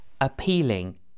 appealing